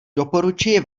doporučuji